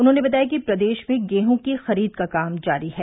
उन्होंने बताया कि प्रदेश में गेहूँ की खरीद का काम जारी है